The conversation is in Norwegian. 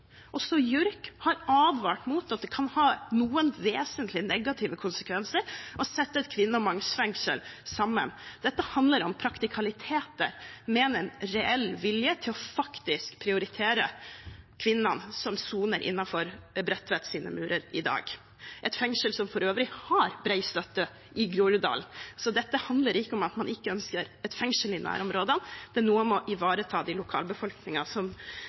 Også JURK har advart mot at det kan ha noen vesentlige negative konsekvenser å sette et kvinne- og mannsfengsel sammen. Dette handler om praktikaliteter mer enn reell vilje til faktisk å prioritere kvinnene som soner innenfor Bredtvets murer i dag – et fengsel som for øvrig har bred støtte i Groruddalen, så dette handler ikke om at man ikke ønsker et fengsel i nærområdene, men om å ivareta lokalbefolkningen og de